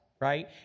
right